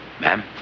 Ma'am